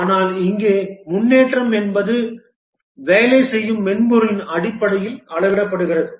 ஆனால் இங்கே முன்னேற்றம் என்பது வேலை செய்யும் மென்பொருளின் அடிப்படையில் அளவிடப்படுகிறது